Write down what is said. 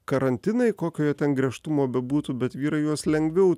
karantinai kokio jie ten griežtumo bebūtų bet vyrai juos lengviau